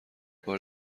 بار